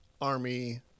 army